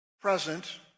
present